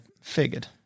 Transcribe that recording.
figured